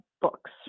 books